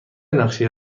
نقشه